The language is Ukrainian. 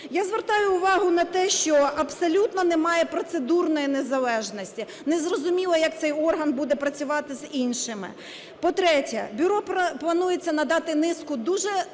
Я звертаю увагу на те, що абсолютно немає процедурної незалежності. Незрозуміло, як цей орган буде працювати з іншими. По-третє, бюро планується надати низку дуже серйозних